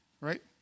Right